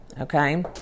Okay